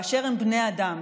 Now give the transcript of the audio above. באשר הם בני אדם,